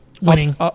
Winning